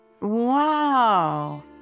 Wow